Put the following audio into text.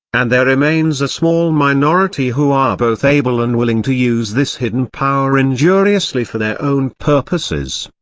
and there remains a small minority who are both able and willing to use this hidden power injuriously for their own purposes.